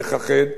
שאכן,